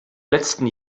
letzten